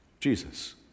Jesus